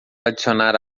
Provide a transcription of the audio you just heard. adicionar